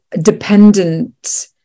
dependent